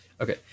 Okay